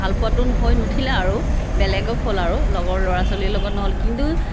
ভাল পোৱাতো হৈ নুঠিলে আৰু বেলেগত হ'ল আৰু লগৰ ল'ৰা ছোৱালীৰ লগত নহ'ল কিন্তু